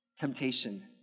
temptation